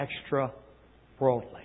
extra-worldly